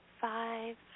Five